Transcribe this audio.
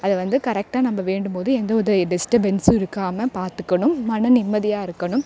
அதை வந்து கரெக்டாக நம்ப வேண்டும்போது எந்த ஒரு டிஸ்டபென்ஸும் இருக்காமல் பார்த்துக்கணும் மன நிம்மதியாக இருக்கணும்